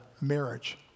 marriage